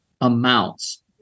amounts